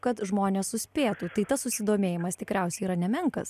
kad žmonės suspėtų tai tas susidomėjimas tikriausiai yra nemenkas